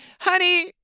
Honey